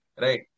right